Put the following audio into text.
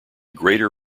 greater